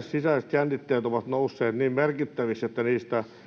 sisäiset jännitteet ovat nousseet niin merkittäviksi, että niistä uhkaa